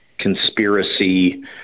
conspiracy